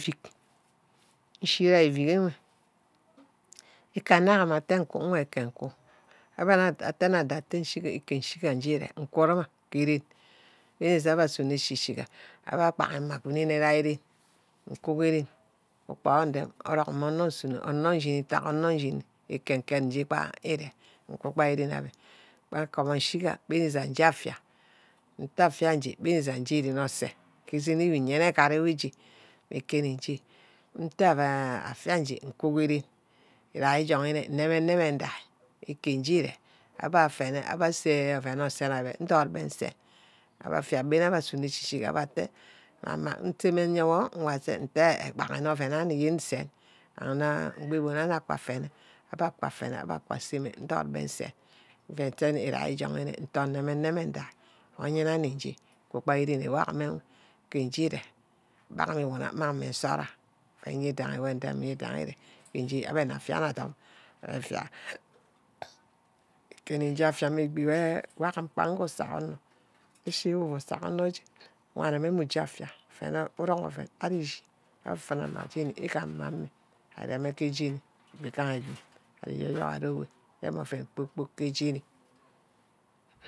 Efik. ínchi dîa efik ewe ícanawa nkuewe nkeku abangha nte na do íkeshìga. inkeshiga je ere nkura ke ren îgaha abe suno shi shí ga abe gbanha ema asene diaren. uku-erem orock mme onor nsuno. onor nshini dark. onor nshini ken kate ba îre. mbor ren abe. abe ashiga nje affía. nte affía nje, nje ren orsa. ke esen wo nni yene agad ye nte affia nje nku ke ren. irai ijurine înem-neme idai. nke nje ire abe fene abe ase oven orchan abe ndot nchen. igaha abe nte ashishigi abbe atte. mmama nseme nyor wor achen nte eh eh gbagi oven orchan ba ubon abe aka fene. aba ka fene aka seme ndot'be nchane. iria junine nuan nton îneme ndia. ke oyinna inigre. kubaku ke ren uwa wor neh ke ingire, uba mi uwuna mmang mme nsaria oven orwidarghi wer ndem íre. abe nne affia nna adom, effia ínje affia mme egbi weh ngwang usaher onor îshi wu uu sagha onor wana mme mmuje affia. ufene udong oven ari eshi ari mfuna mma jeni ugam mme ame. areme ke j́ení. egbi gaha egbi urem oven kpor-kpor-kpork ke jeni